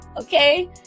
okay